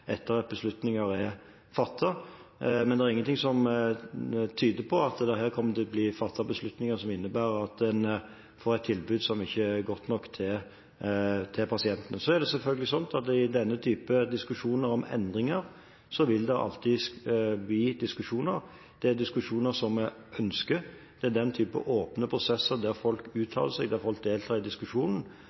etter at beslutninger er fattet, men det er ingenting som tyder på at det her kommer til å bli fattet beslutninger som innebærer at en får et tilbud som ikke er godt nok til pasientene. Det er selvfølgelig sånn at i denne type diskusjoner om endringer, vil det alltid bli diskusjoner. Det er diskusjoner som vi ønsker, det er den type åpne prosesser der folk uttaler seg, der folk deltar i diskusjonen,